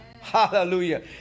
Hallelujah